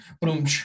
Boom